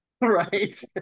Right